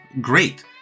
great